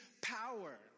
power